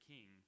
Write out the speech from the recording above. King